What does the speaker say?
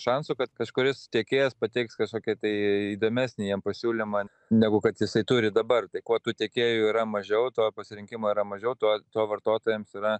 šansų kad kažkuris tiekėjas pateiks kažkokį tai įdomesnį jam pasiūlymą negu kad jisai turi dabar tai kuo tų tiekėjų yra mažiau tuo pasirinkimo yra mažiau tuo tuo vartotojams yra